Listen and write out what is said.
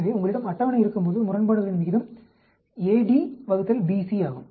எனவே உங்களிடம் அட்டவணை இருக்கும்போது முரண்பாடுகளின் விகிதம் a d ÷ b c ஆகும்